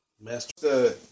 master